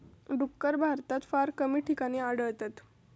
डुक्कर भारतात फार कमी ठिकाणी आढळतत